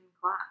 class